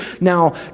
Now